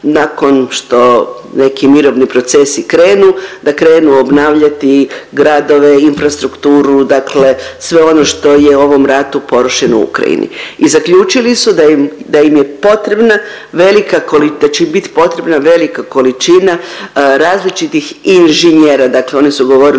nakon što neki mirovini procesi krenu, da krenu obnavljati gradove, infrastrukturu, dakle sve ono što je u ovom ratu porušeno u Ukrajini i zaključili su da im, da im je potrebna velika, da će im bit potrebna velika količina različitih inženjera, dakle oni su govorili